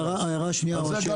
ההערה השנייה או השאלה,